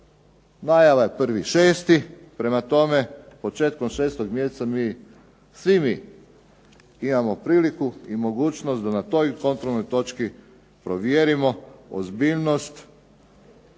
Najava je 1.6. Prema tome, početkom šestog mjeseca svi mi imamo priliku i mogućnost da na toj kontrolnoj točki provjerimo ozbiljnost